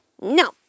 no